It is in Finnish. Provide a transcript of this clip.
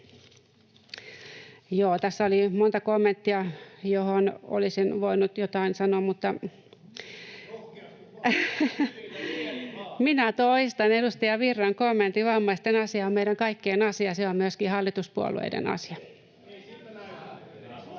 vaan! — Vasemmalta: Hyvillä mielin vaan!] Minä toistan edustaja Virran kommentin: Vammaisten asia on meidän kaikkien asia. Se on myöskin hallituspuolueiden asia.